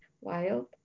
wild